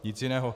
Nic jiného.